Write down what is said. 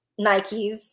Nikes